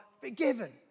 forgiven